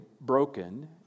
broken